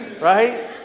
Right